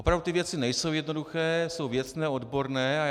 Opravdu ty věci nejsou jednoduché, jsou věcné a odborné.